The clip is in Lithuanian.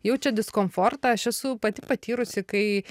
jaučia diskomfortą aš esu pati patyrusi kai